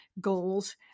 goals